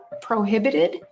prohibited